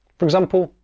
for example,